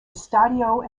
estadio